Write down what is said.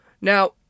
Now